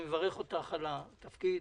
אני מברך אותך על התפקיד,